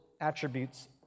attributes